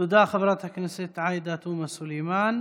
תודה, חברת הכנסת עאידה תומא סלימאן.